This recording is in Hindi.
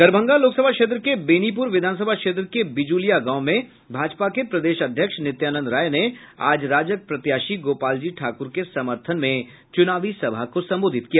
दरभंगा लोकसभा क्षेत्र के बेनीपुर विधानसभा क्षेत्र के बिजुलिया गांव में भाजपा के प्रदेश अध्यक्ष नित्यानंद राय ने आज राजग प्रत्याशी गोपाल जी ठाक्र के समर्थन में चूनावी सभा को संबोधित किया